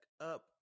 up